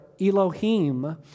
Elohim